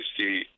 see